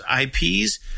IPs